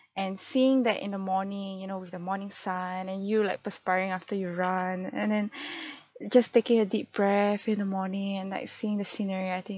and seeing that in the morning you know with the morning sun and you like perspiring after you run and then just taking a deep breath in the morning and like seeing the scenery I think